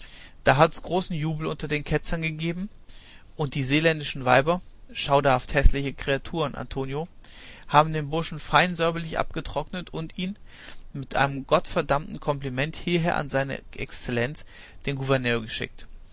da hat's großen jubel unter den ketzern gegeben und die seeländischen weiber schauderhaft häßliche kreaturen antonio haben den burschen fein säuberlich abgetrocknet und ihn mit einem gottverdammten kompliment hierher an seine exzellenz den gouverneur geschickt